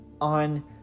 on